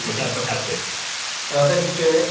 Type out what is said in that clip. but councillor cassidy thanks, chair.